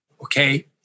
Okay